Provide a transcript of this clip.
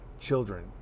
children